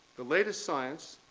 the latest science,